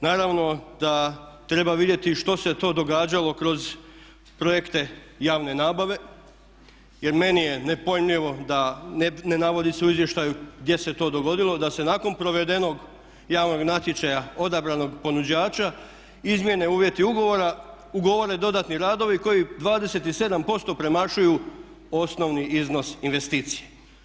Naravno da treba vidjeti što se to događalo kroz projekte javne nabave jer meni je nepojmljivo da ne navodi se u izvještaju gdje se to dogodilo da se nakon provedenog javnog natječaja odabranog ponuđača izmijene uvjeti ugovora, ugovore dodatni radovi koji 27% premašuju osnovni iznos investicije.